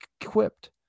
equipped